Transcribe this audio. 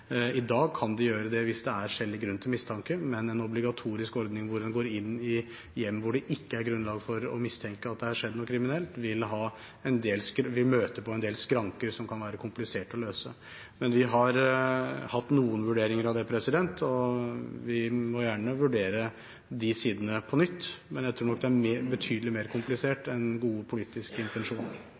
I dag kan en gjøre det hvis det er skjellig grunn til mistanke, men en obligatorisk ordning hvor en går inn i hjem hvor det ikke er grunnlag for å mistenke at det er skjedd noe kriminelt, vil møte på en del skranker som kan være kompliserte å løse. Vi har hatt noen vurderinger av det, og vi må gjerne vurdere de sidene på nytt, men jeg tror nok det er betydelig mer komplisert enn gode politiske intensjoner.